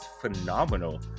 phenomenal